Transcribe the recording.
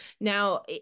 Now